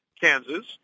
Kansas